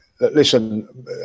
Listen